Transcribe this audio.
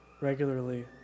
regularly